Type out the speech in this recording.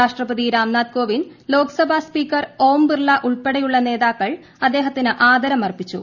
രാഷ്ട്രപതി രാം നാഥ് കോവിന്ദ് ലോക്സഭാ സ്പീക്കർ ഓം ബിർള ഉൾപ്പെടെയുള്ള നേതാക്കൾ അദ്ദേഹത്തിന് ആദരമർപ്പിച്ചു